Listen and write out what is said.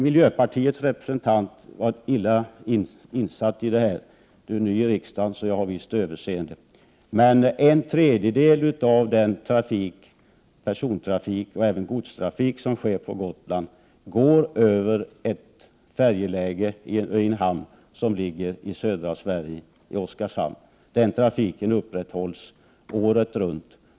Miljöpartiets representant var illa insatt i detta. Han är ny i riksdagen så jag har visst överseende. En tredjedel av personoch godstrafik som sker på Gotland går över en hamn i södra Sverige, nämligen Oskarshamn. Den trafiken upprätthålls året runt.